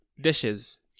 dishes